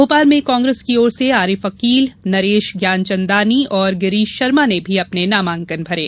भोपाल में कांग्रेस की ओर से आरिफ अकील नरेश ज्ञानचंदानी और गिरीश शर्मा ने भी अपने नामांकन भरे